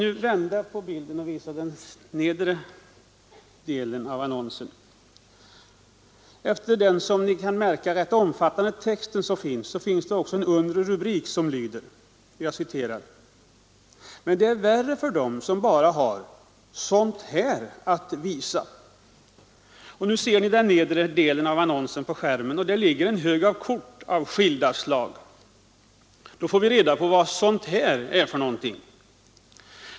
Under den rätt omfattande texten finns i nedre delen av annonsen en rubrik som lyder: ”——— men det är värre för dom som bara har sån't här att visa.” Vidare ser man där en hög kort av skilda slag, och därmed får vi reda på vad ”sånt här” är för någonting.